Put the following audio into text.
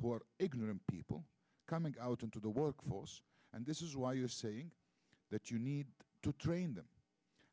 who are ignorant people coming out into the workforce and this is why you're saying that you need to train them